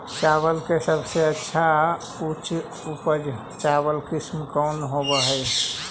चावल के सबसे अच्छा उच्च उपज चावल किस्म कौन होव हई?